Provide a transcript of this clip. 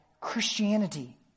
Christianity